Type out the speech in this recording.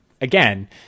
Again